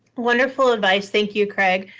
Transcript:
wonderful advice. thank you, craig.